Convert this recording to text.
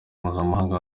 mpuzamahanga